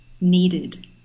needed